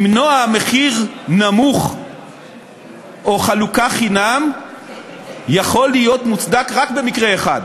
למנוע מחיר נמוך או חלוקה חינם יכול להיות מוצדק רק במקרה אחד,